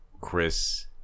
Chris